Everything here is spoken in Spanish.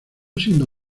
siendo